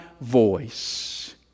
voice